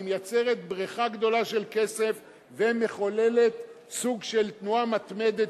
היא מייצרת בריכה גדולה של כסף ומחוללת סוג של תנועה מתמדת,